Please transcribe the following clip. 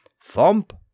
Thump